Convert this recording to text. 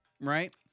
Right